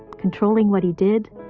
controlling what he did,